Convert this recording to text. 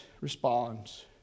responds